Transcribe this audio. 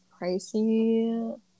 pricey